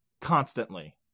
Constantly